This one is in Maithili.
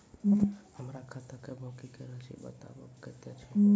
हमर खाता के बाँकी के रासि बताबो कतेय छै?